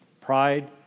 Pride